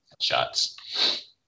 Shots